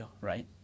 Right